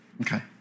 Okay